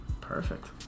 Perfect